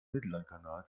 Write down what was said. mittellandkanal